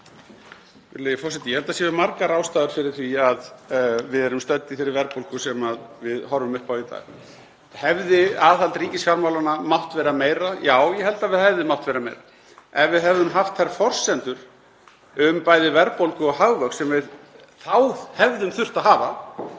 Ég held að það séu margar ástæður fyrir því að við erum stödd í þeirri verðbólgu sem við horfum upp á í dag. Hefði aðhald ríkisfjármálanna mátt vera meira? Já, ég held að það hefði mátt vera meira. Ef við hefðum haft þær forsendur um bæði verðbólgu og hagvöxt sem við hefðum þá þurft að hafa